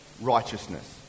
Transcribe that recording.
righteousness